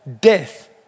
death